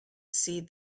see